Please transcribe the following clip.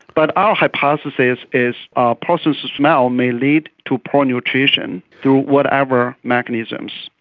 but our hypothesis is a poor sense of smell may lead to poor nutrition through whatever mechanisms.